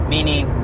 Meaning